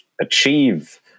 achieve